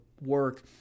work